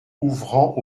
ouvrant